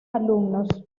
alumnos